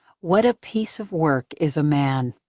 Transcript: what a piece of work is a man!